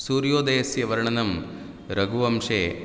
सूर्योदयस्य वर्णनं रघुवंशे